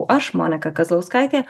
aš monika kazlauskaitė